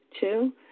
Two